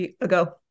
ago